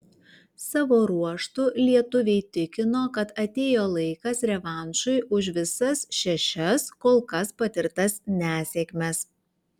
savo ruožtu lietuviai tikino kad atėjo laikas revanšui už visas šešias kol kas patirtas nesėkmes